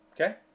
okay